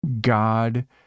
God